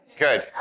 Good